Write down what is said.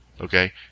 Okay